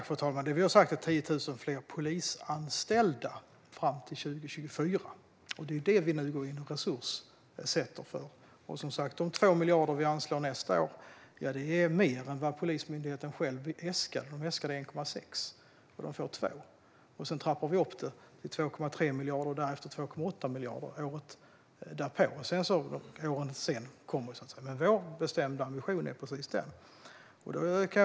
Fru talman! Vi har sagt att vi ska ha 10 000 fler polisanställda fram till 2024. Det går vi nu in och resurssätter för. Och som sagt de 2 miljarder som vi anslår nästa år är mer än Polismyndigheten själv äskade. De äskade 1,6 miljarder, och de får 2 miljarder. Sedan trappar vi upp det till 2,3 miljarder och året därpå till 2,8 miljarder. Vår bestämda ambition är precis den.